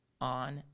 on